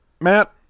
Matt